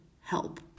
help